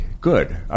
good